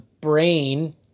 brain